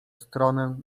stronę